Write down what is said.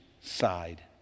side